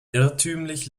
irrtümlich